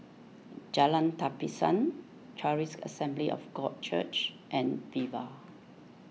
Jalan Tapisan Charis Assembly of God Church and Viva